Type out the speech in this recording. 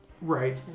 Right